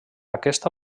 aquesta